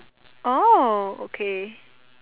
oh okay